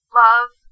love